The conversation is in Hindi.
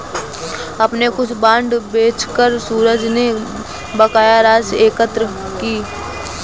अपने कुछ बांड बेचकर सूरज ने बकाया राशि एकत्र की